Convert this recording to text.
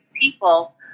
people